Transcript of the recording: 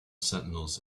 sentinels